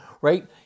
right